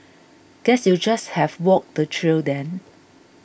guess you'll just have walk the trail then